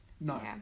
No